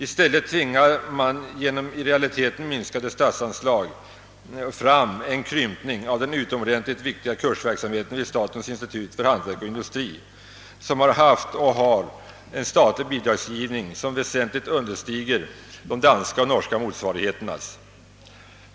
I stället tvingar man genom i realiteten minskade statsanslag fram en krympning av den utomordentligt viktiga kursverksamheten vid statens institut för hantverk och industri, som har haft och har en statlig bidragsgivning, vilken väsentligt understiger de danska och norska motsvarigheterna.